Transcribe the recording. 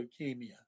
leukemia